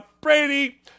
Brady